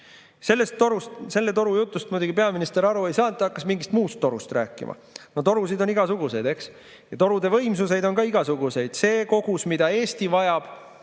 Sellest torujutust muidugi peaminister aru ei saanud, ta hakkas mingist muust torust rääkima. No torusid on igasuguseid ja torude võimsuseid on ka igasuguseid. See kogus, mida Eesti vajab,